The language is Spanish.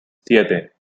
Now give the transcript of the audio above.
siete